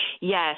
Yes